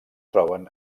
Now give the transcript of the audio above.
troben